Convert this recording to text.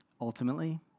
Ultimately